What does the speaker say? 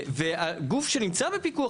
וגוף שנמצא בפיקוח,